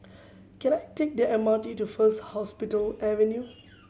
can I take the M R T to First Hospital Avenue